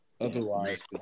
otherwise